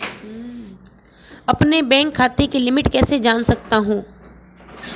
अपने बैंक खाते की लिमिट कैसे जान सकता हूं?